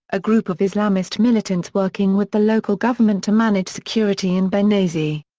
a group of islamist militants working with the local government to manage security in benghazi.